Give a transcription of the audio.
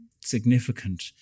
significant